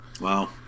Wow